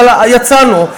אבל יצאנו.